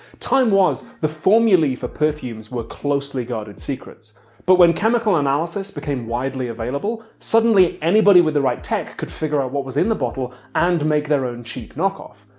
time was the formulae for perfumes were closely-guarded secrets but when chemical analysis became widely available suddenly anybody with the right tech could figure out what was in the bottle and make their own cheap knock-off.